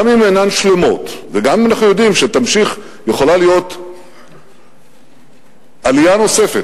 גם אם אינן שלמות וגם אם אנחנו יודעים שיכולה להיות עלייה נוספת,